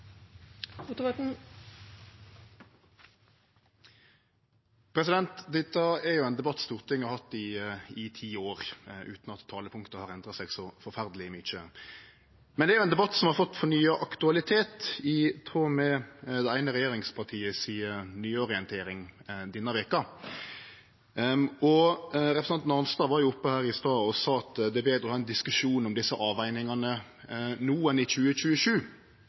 sokkelen. Dette er ein debatt Stortinget har hatt i ti år, utan at talepunkta har endra seg så forferdeleg mykje. Men det er ein debatt som har fått fornya aktualitet i samband med nyorienteringa til det eine regjeringspartiet denne veka. Representanten Arnstad var oppe her i stad og sa at det er betre å ha ein diskusjon om desse avvegingane no enn i 2027.